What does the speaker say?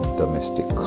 domestic